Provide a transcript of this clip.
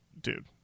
Dude